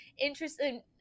interesting